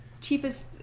Cheapest